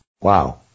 Wow